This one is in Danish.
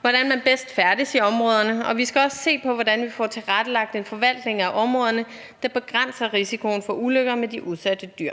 hvordan man bedst færdes i områderne, og vi skal også se på, hvordan vi får tilrettelagt en forvaltning af områderne, der begrænser risikoen for ulykker med de udsatte dyr.